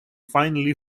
finally